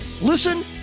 Listen